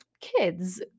kids